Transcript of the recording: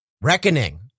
Reckoning